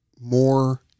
more